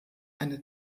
eine